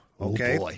Okay